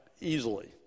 easily